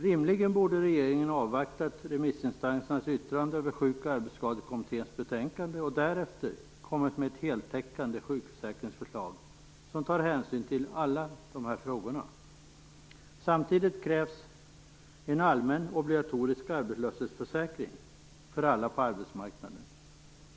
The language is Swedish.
Rimligen borde regeringen ha avvaktat remissinstansernas yttrande över Sjuk och arbetsskadekommitténs betänkande och därefter kommit med ett heltäckande sjukförsäkringsförslag, som tar hänsyn till alla dessa frågor. Samtidigt krävs en allmän, obligatorisk arbetslöshetsförsäkring för alla på arbetsmarknaden.